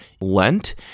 Lent